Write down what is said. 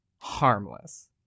harmless